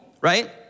right